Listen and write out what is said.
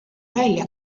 välja